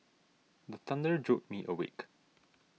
the thunder jolt me awake